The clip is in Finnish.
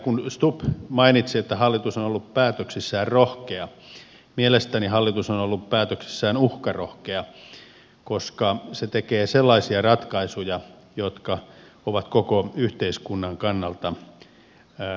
kun stubb mainitsi että hallitus on ollut päätöksissään rohkea mielestäni hallitus on ollut päätöksissään uhkarohkea koska se tekee sellaisia ratkaisuja jotka ovat koko yhteiskunnan kannalta eriarvoistavia